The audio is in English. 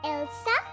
Elsa